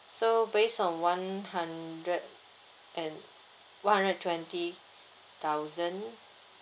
so based on one hundred and one hundred and twenty thousand